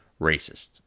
racist